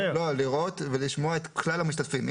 לראות ולשמוע את כלל המשתתפים.